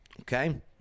Okay